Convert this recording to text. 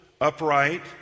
upright